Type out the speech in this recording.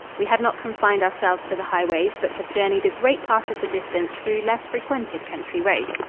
we had not confined ourselves to the highways, but had journeyed a great part of the distance through less frequented country roads.